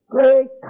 Great